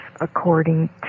according